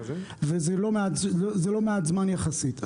וזה לא מעט זמן יחסית.